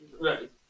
right